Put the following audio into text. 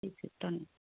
ਠੀਕ ਹੈ ਧੰਨ